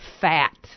fat